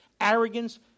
arrogance